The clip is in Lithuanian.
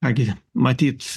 ką gi matyt